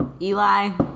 Eli